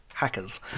hackers